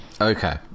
Okay